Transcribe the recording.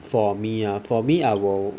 for me ah for me I will